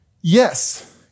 Yes